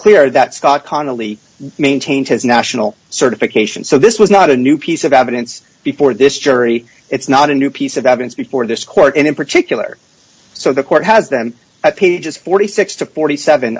clear that scott connelly maintained his national certification so this was not a new piece of evidence before this jury it's not a new piece of evidence before this court and in particular so the court has them at pages forty six to forty seven